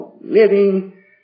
living